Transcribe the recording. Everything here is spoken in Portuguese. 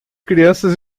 crianças